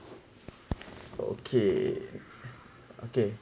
okay okay